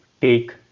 take